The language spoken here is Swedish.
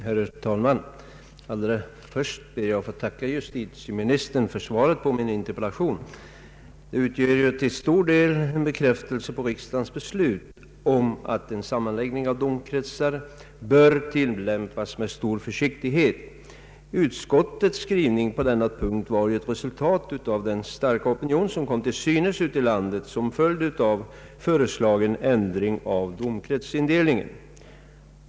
Herr talman! Allra först ber jag att få tacka justitieministern för svaret på min interpellation. Det utgör till stor del en bekräftelse på riksdagens beslut om att sammanläggning av domkretsar bör ske med stor försiktighet. Utskottets skrivning på denna punkt var ju ett resultat av den starka opinion som kom till synes ute i landet som följd av föreslagen ändring av domkretsindelningen.